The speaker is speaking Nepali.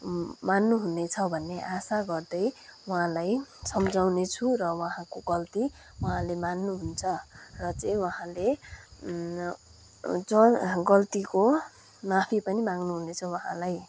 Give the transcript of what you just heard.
मान्नुहुने छ भन्ने आशा गर्दै उहाँलाई सम्झाउनेछु र उहाँको गल्ती उहाँले मान्नुहुन्छ र चाहिँ उहाँले जुन गल्तीको माफी पनि माग्नुहुनेछ उहाँलाई